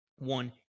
One